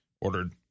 Ordered